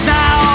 now